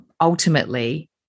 ultimately